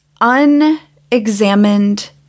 unexamined